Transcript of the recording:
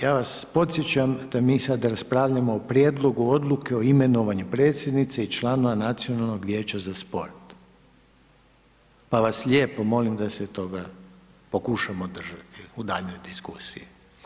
Ja vas podsjećam da mi sad raspravljamo o prijedlogu odluke o imenovanju predsjednice i članova Nacionalnog vijeća za sport, pa vas lijepo molim da se toga pokušamo držati u daljnjoj diskusiji.